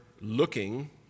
looking